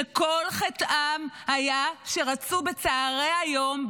שכל חטאם היה שרצו בצוהרי היום,